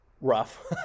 rough